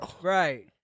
Right